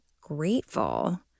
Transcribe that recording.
grateful